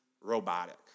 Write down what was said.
robotic